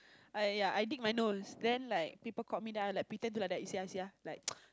ya I dig my nose then like people caught me then I will like pretend to like you see ah see ah like